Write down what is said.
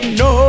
no